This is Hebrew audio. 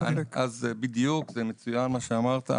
אז בדיוק, זה מצוין מה שאמרת.